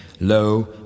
Lo